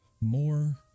more